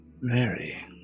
Mary